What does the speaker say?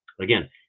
again